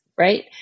right